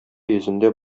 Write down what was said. йөзендә